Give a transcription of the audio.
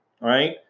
right